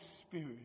Spirit